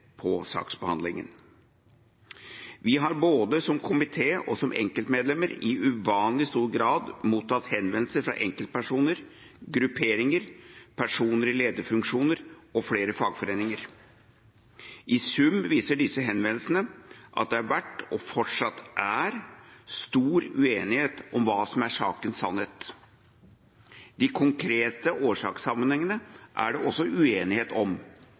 på saksbehandlingen. Vi har både som komité og som enkeltmedlemmer i uvanlig stor grad mottatt henvendelser fra enkeltpersoner, grupperinger, personer i lederfunksjoner og flere fagforeninger. I sum viser disse henvendelsene at det har vært, og fortsatt er, stor uenighet om hva som er sakens sannhet. De konkrete årsakssammenhengene er det også uenighet om,